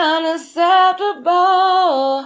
Unacceptable